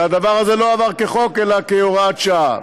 והדבר הזה לא עבר כחוק, אלא כהוראת שעה.